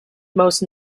most